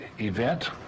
event